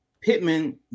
Pittman